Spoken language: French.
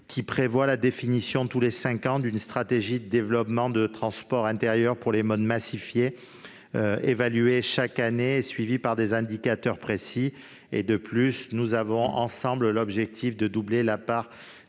30 prévoit la définition, tous les cinq ans, d'une stratégie de développement du transport intérieur par les modes massifiés, évaluée chaque année et suivie par des indicateurs précis. Enfin, nous visons, ensemble, l'objectif de doublement de la part